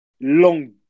long